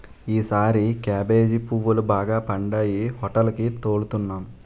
ఈసారి కేబేజీ పువ్వులు బాగా పండాయి హోటేలికి తోలుతన్నాం